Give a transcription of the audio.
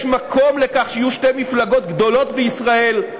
יש מקום לכך שיהיו שתי מפלגות גדולות בישראל,